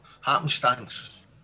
Happenstance